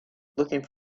looking